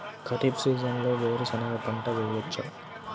ఖరీఫ్ సీజన్లో వేరు శెనగ పంట వేయచ్చా?